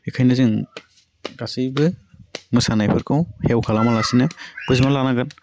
बेखायनो जों गासैबो मोसानायफोरखौ हेव खालामा लासिनो बोजबना लानांगोन